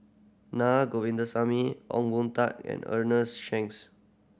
Na Govindasamy Ong Boon Tat and Ernest Shanks